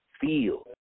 feel